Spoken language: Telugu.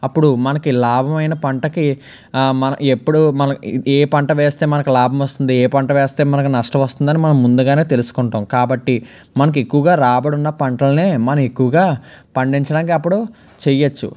అప్పుడు మనకి లాభవైన పంటకి మనకి ఎప్పుడు ఏ పంట వేస్తే మనకి లాభం వస్తుంది ఏ పంట వేస్తే మనకి నష్టం వస్తుందని మనం ముందుగానే తెలుసుకుంటాం కాబట్టి మనకి ఎక్కువగా రాబడి ఉన్న పంటలనే మనం ఎక్కువగా పండించడానికి అప్పుడు చేయొచ్చు